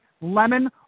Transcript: lemon